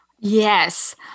Yes